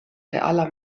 realer